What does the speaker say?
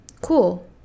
cool